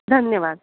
धन्यवाद